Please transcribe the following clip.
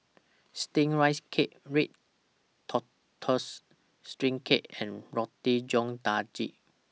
Steamed Rice Cake Red Tortoise Steamed Cake and Roti John Daging